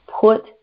put